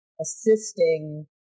assisting